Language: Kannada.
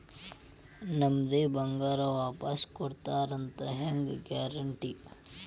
ನಮ್ಮದೇ ಬಂಗಾರ ವಾಪಸ್ ಕೊಡ್ತಾರಂತ ಹೆಂಗ್ ಗ್ಯಾರಂಟಿ?